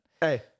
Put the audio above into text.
Hey